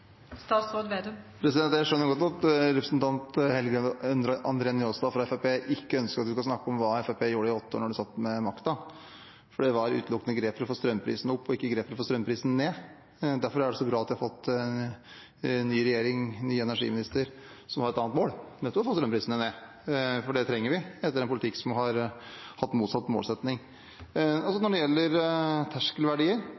Jeg skjønner godt at representanten Helge André Njåstad fra Fremskrittspartiet ikke ønsker at vi skal snakke om hva Fremskrittspartiet gjorde i de åtte årene de satt med makten, for det var utelukkende grep for å få strømprisene opp og ikke grep for å få strømprisene ned. Derfor er det så bra at vi har fått en ny regjering og en ny olje- og energiminister som har et annet mål, nettopp å få strømprisene ned. Det trenger vi etter en politikk som har hatt motsatt